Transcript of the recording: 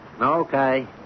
Okay